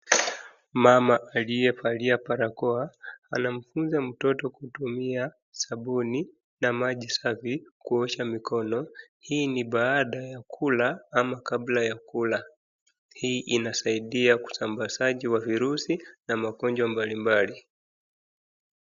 Mama aliyevalia barakoa anamfunza mtoto kutumia sabuni na maji safi kuosha mikono. Hii ni baada ya kula ama kabla ya kula. Hii inasaidia kusambazaji wa virusi na magonjwa mbali mbali.